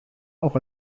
auch